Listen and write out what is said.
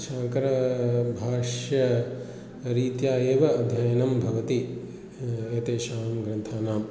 शाङ्करभाष्यरीत्या एव अध्ययनं भवति एतेषां ग्रन्थानाम्